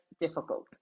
difficult